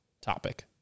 topic